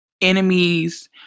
Enemies